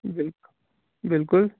بل بلکُل